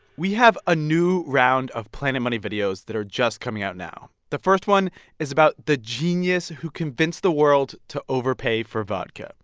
we have a new round of planet money videos that are just coming out now. the first one is about the genius who convinced the world to overpay for vodka.